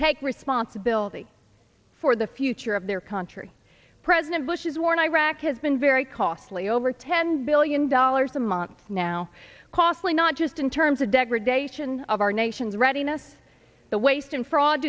take responsibility for the future of their country president bush's war in iraq has been very costly over ten billion dollars a month now costly not just in terms of degradation of our nation's readiness the waste and fraud